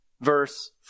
verse